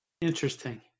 Interesting